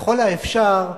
ככל האפשר,